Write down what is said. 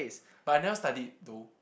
but I never studied though